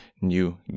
new